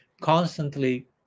constantly